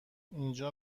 اینجا